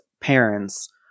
parents